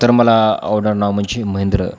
तर मला आवडणारं नाव म्हणजे महेंद्र